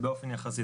זה באופן יחסי.